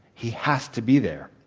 he has to be there.